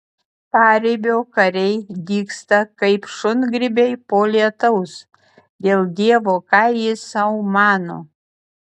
paribio kariai dygsta kaip šungrybiai po lietaus dėl dievo ką jis sau mano